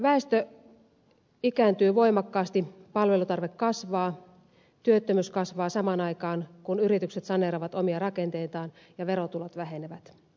väestö ikääntyy voimakkaasti palvelutarve kasvaa ja työttömyys kasvaa samaan aikaan kun yritykset saneeraavat omia rakenteitaan ja verotulot vähenevät